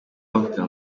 bavuga